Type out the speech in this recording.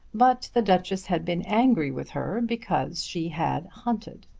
but the duchess had been angry with her because she had hunted.